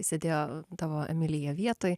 sėdėjo tavo emilija vietoj